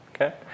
okay